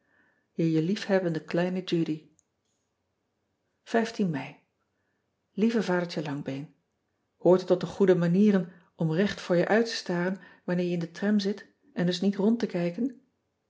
e je liefhebbende klein udy ei ieve adertje angbeen oort het tot de goede manieren em recht voor je uit te staren wanneer je in de tram zit en dus niet rond te kijken